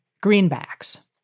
greenbacks